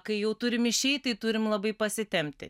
kai jau turim išeit tai turim labai pasitempti